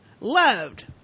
loved